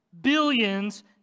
billions